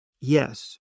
yes